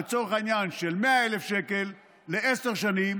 לצורך העניין של 100,000 שקל לעשר שנים,